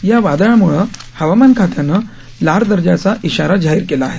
या वादळाम्ळं हवामान खात्यानं लाल दर्जाचा इशारा जाहीर केला आहे